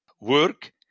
work